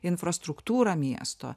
infrastruktūrą miesto